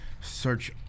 search